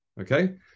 Okay